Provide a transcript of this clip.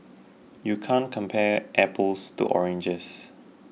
you can't compare apples to oranges